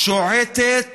שועטת